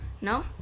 No